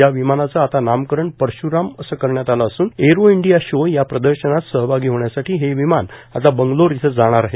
या विमानाचं आता नामकरण परशुराम असं करण्यात आलं असून एरोइंडीया शो या प्रदर्शनात सहभागी होण्यासाठी हे विमान आता बंगलोर इथं जाणार आहे